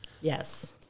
Yes